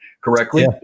correctly